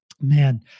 Man